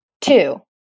Two